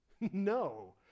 No